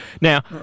Now